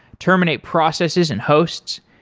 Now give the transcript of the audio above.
terminate processes and hosts.